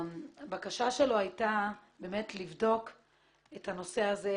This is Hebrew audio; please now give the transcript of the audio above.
הבקשה של עיוש אלמליח הייתה לבדוק את הנושא הזה,